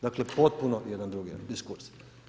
Dakle potpuno jedan drugi diskurs.